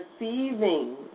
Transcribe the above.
Receiving